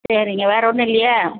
சரிங்க வேறு ஒன்றும் இல்லையே